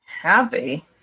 Happy